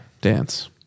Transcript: Dance